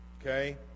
okay